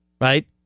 Right